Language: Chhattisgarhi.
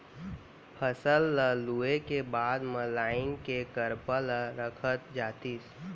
फसल ल लूए के बाद म लाइन ले करपा ल रखत जातिस